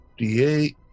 D8